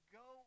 go